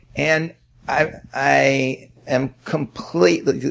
and i i am completely,